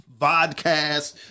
vodcast